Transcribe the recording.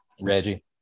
Reggie